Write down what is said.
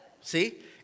See